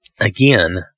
again